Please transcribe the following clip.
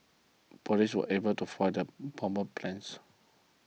police were able to foil the bomber's plans